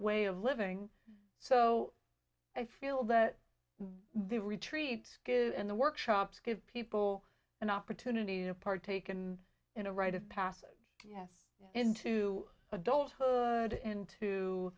way of living so i feel that the retreat and the workshops give people an opportunity to partake in in a rite passage of yes into adulthood